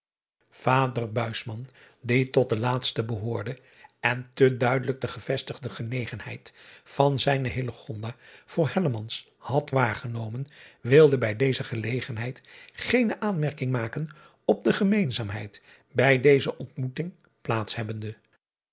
ader die tot de laatsten behoorde en te duidelijk de gevestigde genegenheid van zijne voor had waargenomen wilde bij deze gelegenheid geene aanmerking maken op de gemeenzaamheid bij deze ontmoeting plaats hebbende